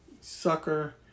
sucker